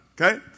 Okay